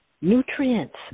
nutrients